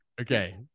okay